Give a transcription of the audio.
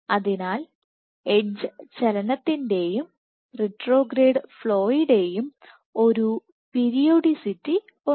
അതിനാൽ എഡ്ജ് ചലനത്തിന്റെയും റിട്രോഗ്രേഡ് ഫ്ലോയുടെയും ഒരു പീരിയോഡിസിറ്റി ഉണ്ട്